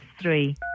three